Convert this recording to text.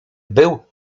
był